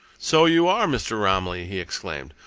so you are mr. romilly! he exclaimed.